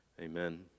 Amen